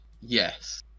Yes